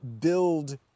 build